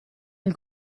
del